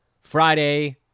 Friday